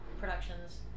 productions